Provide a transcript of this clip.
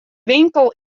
winkel